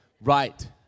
Right